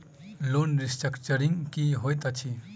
Loan restructuring की होइत अछि?